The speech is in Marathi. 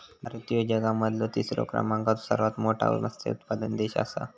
भारत ह्यो जगा मधलो तिसरा क्रमांकाचो सर्वात मोठा मत्स्य उत्पादक देश आसा